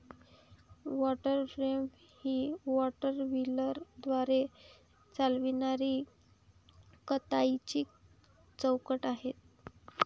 water frame ही water व्हीलद्वारे चालविणारी कताईची चौकट आहे